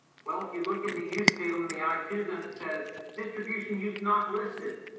well, if you look in the use table in the i two zone, it says distribution used not listed,